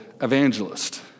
evangelist